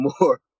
more